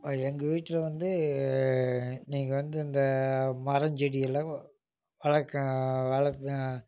எங்கள் வீட்டில வந்து நீங்கள் வந்து இந்த மரஞ்செடியெலாம் வளர்க்க வளர்த்